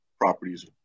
properties